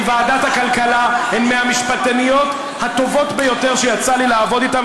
ועדת הכלכלה הן מהמשפטניות הטובות ביותר שיצא לי לעבוד איתן,